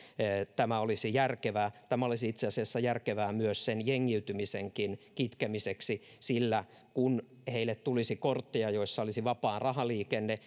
tämä olisi järkevää tämä olisi itse asiassa järkevää sen jengiytymisenkin kitkemiseksi sillä kun heille tulisi kortteja joissa olisi vapaa rahaliikenne